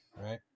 Right